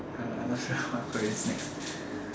I I not sure what korean snacks